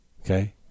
Okay